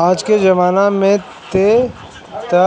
आजके जमाना में त